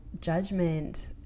judgment